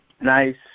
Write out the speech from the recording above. Nice